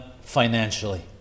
financially